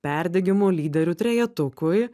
perdegimo lyderių trejetukui